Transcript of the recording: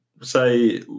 say